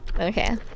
Okay